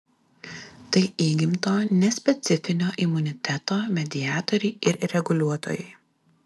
tai įgimto nespecifinio imuniteto mediatoriai ir reguliuotojai